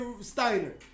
Steiner